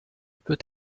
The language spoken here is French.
peut